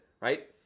right